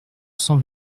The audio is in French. cent